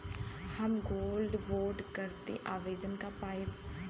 हम gold bond करती आवेदन कर पाईब?